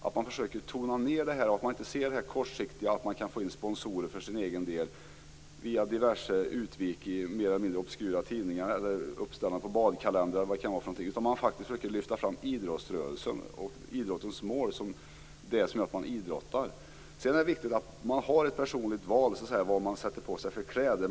Man måste försöka tona ned det här, inte bara kortsiktigt se till att få in sponsorer för egen del via diverse utvik i mer eller mindre obskyra tidningar, uppställande i badkalendrar eller vad det kan vara. I stället bör man försöka att faktiskt lyfta fram idrottsrörelsen och idrottens mål som det som gör att man idrottar. Sedan är det viktigt att man har ett personligt val när det gäller vad man sätter på sig för kläder.